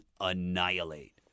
annihilate